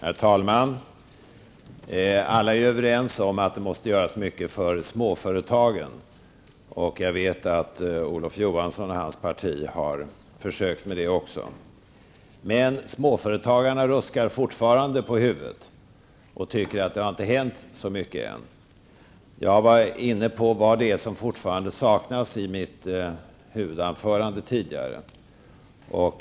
Herr talman! Alla är överens om att det måste göras mycket för småföretagen. Jag vet att Olof Johansson och hans parti har försökt med det också. Men småföretagarna ruskar fortfarande på huvudet och tycker att det inte har hänt så mycket än. I mitt huvudanförande var jag inne på vad som fortfarande saknas.